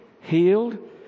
healed